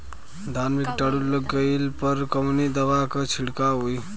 धान में कीटाणु लग गईले पर कवने दवा क छिड़काव होई?